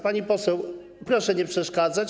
Pani poseł, proszę nie przeszkadzać.